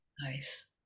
Nice